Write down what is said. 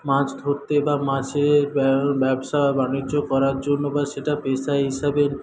মাছ ধরতে বা মাছের ব্যবসা বাণিজ্য করার জন্য বা সেটা পেশা হিসাবে